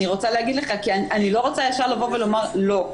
אני רוצה להגיד לך כי אני לא רוצה ישר לבוא ולומר לא,